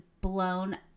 blown